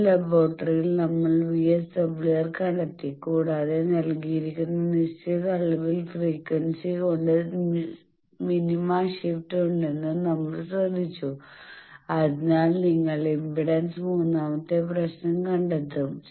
ഒരു ലബോറട്ടറിയിൽ നമ്മൾ വിഎസ്ഡബ്ല്യുആർ കണ്ടെത്തി കൂടാതെ നൽകിയിരിക്കുന്ന നിശ്ചിത അളവിലുള്ള ഫ്രീക്വൻസി കൊണ്ട് മിനിമ ഷിഫ്റ്റ് ഉണ്ടെന്നും നമ്മൾ ശ്രദ്ധിച്ചു അതിനാൽ നിങ്ങൾ ഇംപെഡൻസും മൂന്നാമത്തെ പ്രശ്നവും കണ്ടെത്തും